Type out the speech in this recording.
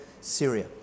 Syria